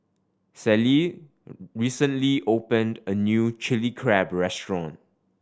Celie recently opened a new Chili Crab restaurant